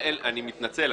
אני מתנצל,